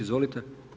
Izvolite.